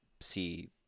see